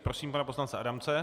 Prosím pana poslance Adamce.